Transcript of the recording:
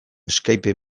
skype